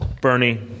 Bernie